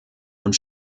und